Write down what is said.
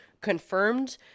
confirmed